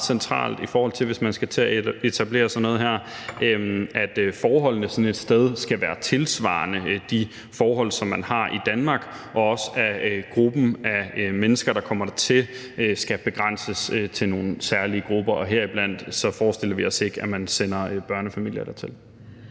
centralt, hvis man skal til at etablere sådan noget her. Forholdene sådan et sted skal være tilsvarende de forhold, som man har i Danmark, og gruppen af mennesker, der kommer hertil, skal også begrænses til nogle særlige grupper. Vi forestiller os ikke, at man sender børnefamilier dertil.